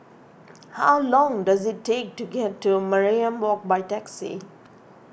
how long does it take to get to Mariam Walk by taxi